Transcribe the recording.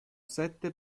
sette